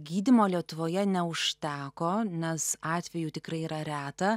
gydymo lietuvoje neužteko nes atvejų tikrai yra reta